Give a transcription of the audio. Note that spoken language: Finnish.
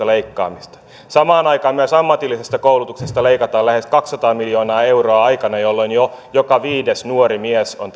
leikkaamista samaan aikaan myös ammatillisesta koulutuksesta leikataan lähes kaksisataa miljoonaa euroa aikana jolloin joka viides nuori mies on